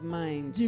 mind